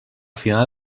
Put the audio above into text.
final